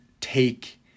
take